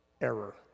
error